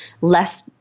Less